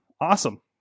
awesome